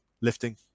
lifting